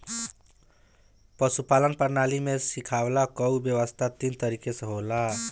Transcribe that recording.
पशुपालन प्रणाली में खियवला कअ व्यवस्था तीन तरीके से होला